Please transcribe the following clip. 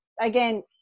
again